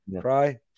cry